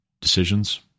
decisions